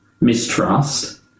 mistrust